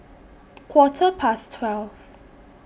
Quarter Past twelve